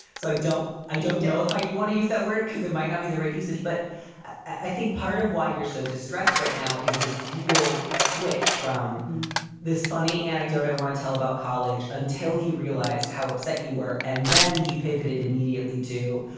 so i don't i don't know if you want to use that word because it might not be the right usage. but i think part of why you're so distressed right now is this real switch from this funny anecdote i want to tell about college until he realized how upset you were and then he pivoted immediately to.